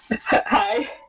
Hi